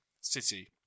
City